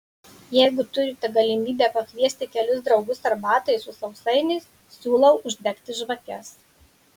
jeigu turite galimybę pakviesti kelis draugus arbatai su sausainiais siūlau uždegti žvakes